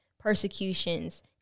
persecutions